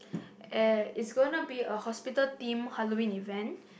and it's going to be a hospital themed Halloween event